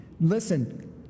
listen